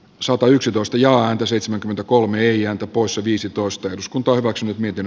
satayksitoista ja antoi seitsemänkymmentäkolme ja poissa viisitoista eduskunta hyväksynyt miten